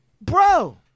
bro